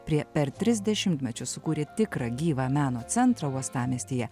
prie per tris dešimtmečius sukūrė tikrą gyvą meno centrą uostamiestyje